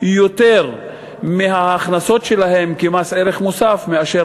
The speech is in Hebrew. יותר מההכנסות שלהן כמס ערך מוסף מאשר